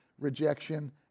rejection